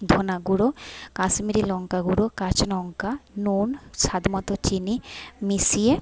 ধনা গুঁড়ো কাশ্মীরি লঙ্কা গুঁড়ো কাঁচা লঙ্কা নুন স্বাদ মতো চিনি মিশিয়ে